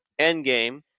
Endgame